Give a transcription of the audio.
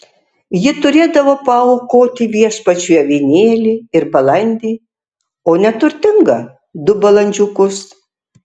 ji turėdavo paaukoti viešpačiui avinėlį ir balandį o neturtinga du balandžiukus